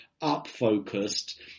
up-focused